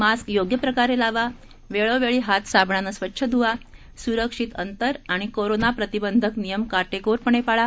mask योग्य प्रकारे लावा वेळोवेळी हात साबणाने स्वच्छ धुवा सुरक्षित अंतर आणि कोरोना प्रतिबंधक नियम काटेकोरपणे पाळा